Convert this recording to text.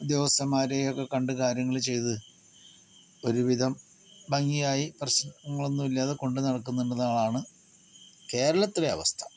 ഉദ്യോഗസ്ഥന്മാരെയോ ഒക്കെ കണ്ട് കാര്യങ്ങൾ ചെയ്തു ഒരുവിധം ഭംഗിയായി പ്രശ്നങ്ങളൊന്നുമില്ലാതെ കൊണ്ടുനടക്കുന്നുണ്ടെന്നുള്ളതാണ് കേരളത്തിലെ അവസ്ഥ